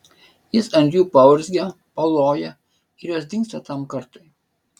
jis ant jų paurzgia paloja ir jos dingsta tam kartui